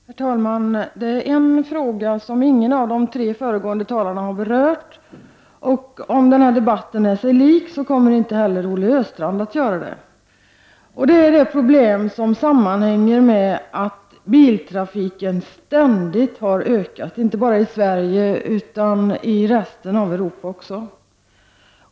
Herr talman! Det finns en fråga som ingen av de tre föregående talarna har berört. Om denna debatt är sig lik kommer inte heller Olle Östrand att beröra denna fråga. Det gäller de problem som sammanhänger med att biltrafiken ständigt har ökat, inte bara i Sverige utan även i resten av Europa.